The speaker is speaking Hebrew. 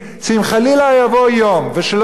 אם חלילה יבוא יום ושלא יבוא,